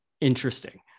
interesting